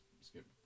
skip